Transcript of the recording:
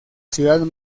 ciudad